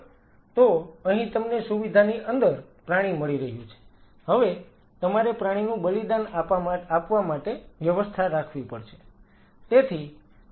તો અહીં તમને સુવિધાની અંદર પ્રાણી મળી રહ્યું છે હવે તમારે પ્રાણીનું બલિદાન આપવા માટે વ્યવસ્થા રાખવી પડશે